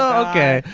ah okay,